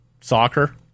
Soccer